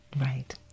Right